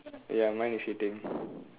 ya mine is eating